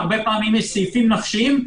הרבה פעמים יש סעיפים נפשיים.